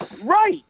right